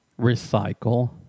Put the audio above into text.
recycle